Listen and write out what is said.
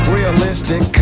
Realistic